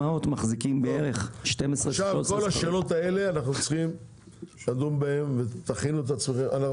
כל השאלות האלה אנחנו צריכים לדון בהם ותכינו את עצמכם.